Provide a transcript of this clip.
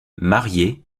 marié